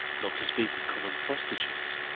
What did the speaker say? not to speak of common prostitutes,